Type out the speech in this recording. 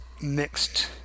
mixed